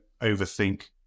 overthink